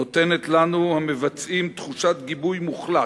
נותנת לנו, המבצעים, תחושת גיבוי מוחלט,